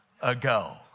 ago